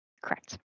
correct